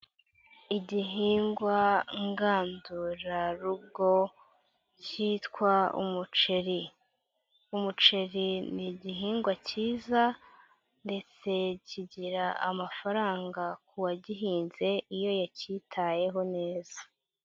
Igihingwa ngandurarugo cyitwa umuceri. Umuceri ni igihingwa cyiza ndetse kigira amafaranga kuwagihinze iyo yacyitayeho neza.